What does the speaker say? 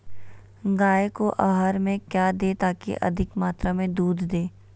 गाय को आहार में क्या दे ताकि अधिक मात्रा मे दूध दे?